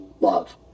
love